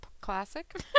classic